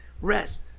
rest